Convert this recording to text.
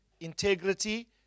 integrity